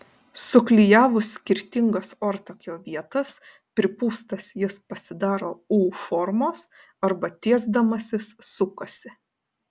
suklijavus skirtingas ortakio vietas pripūstas jis pasidaro u formos arba tiesdamasis sukasi